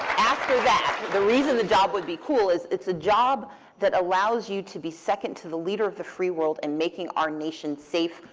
after that, the reason the job would be cool is it's a job that allows you to be second to the leader of the free world and making our nation safe,